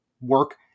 work